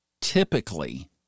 Typically